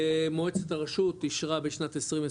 מועצת הרשות אישרה בשנת 2021,